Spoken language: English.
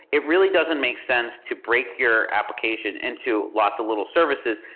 it really doesn't make sense to break your application into lots of little services,